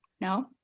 No